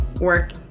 work